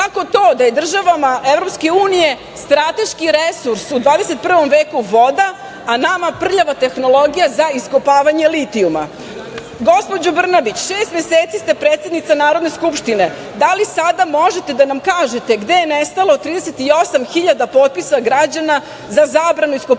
Kako to da je državama EU strateški resurs u 21 veku voda, a nama prljava tehnologija za iskopavanje litijuma? Gospođo Brnabić, šest meseci ste predsednica Narodne skupštine, da li sada možete da nam kažete gde je nestalo 38.000 potpisa građana za zabranu iskopavanja